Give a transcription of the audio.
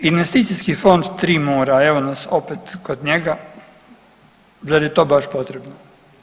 Investicijski fond tri mora, evo nas opet kod njega, zar je to baš potrebno?